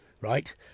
right